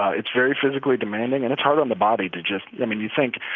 ah it's very physically demanding, and it's hard on the body to just i mean, you think,